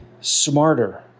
smarter